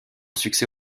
succès